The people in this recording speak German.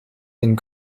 den